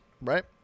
right